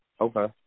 okay